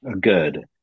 good